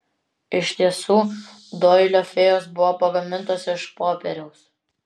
iš tiesų doilio fėjos buvo pagamintos iš popieriaus